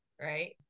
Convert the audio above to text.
right